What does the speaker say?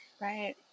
right